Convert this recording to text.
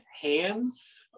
hands